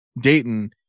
Dayton